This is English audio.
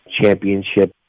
championship